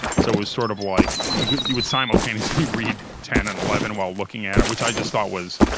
so, it was sort of like you you would simultaneously read ten and eleven while looking at it which i just thought was,